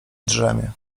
drzemie